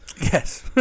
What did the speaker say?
Yes